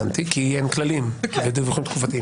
כי אין כללים, הדיווחים תקופתיים.